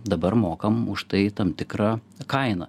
dabar mokam už tai tam tikrą kainą